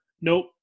nope